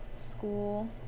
school